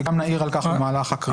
וגם נעיר על כך במהלך הקריאה.